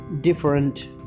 different